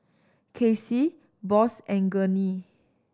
Kecia Boss and Gurney